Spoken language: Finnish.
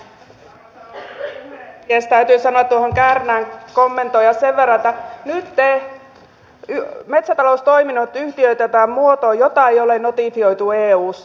täytyy tuota kärnän puhetta kommentoida sen verran että nyt metsätaloustoiminnot yhtiöitetään muotoon jota ei ole notifioitu eussa